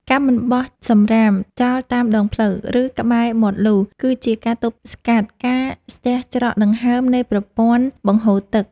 ការមិនបោះសំរាមចោលតាមដងផ្លូវ ឬក្បែរមាត់លូ គឺជាការទប់ស្កាត់ការស្ទះច្រកដង្ហើមនៃប្រព័ន្ធបង្ហូរទឹក។